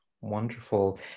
Wonderful